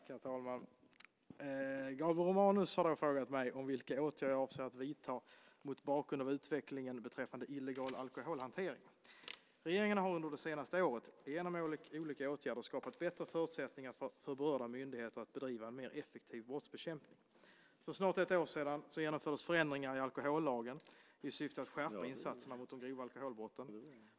Herr talman! Gabriel Romanus har frågat mig vilka åtgärder jag avser att vidta mot bakgrund av utvecklingen beträffande illegal alkoholhantering. Regeringen har under det senaste året, genom olika åtgärder, skapat bättre förutsättningar för berörda myndigheter att bedriva en mer effektiv brottsbekämpning. För snart ett år sedan genomfördes förändringar i alkohollagen i syfte att skärpa insatserna mot de grova alkoholbrotten.